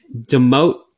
Demote